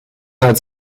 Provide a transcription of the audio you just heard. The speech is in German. als